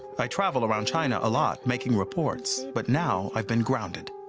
i travel around china a lot, making reports. but now i've been grounded.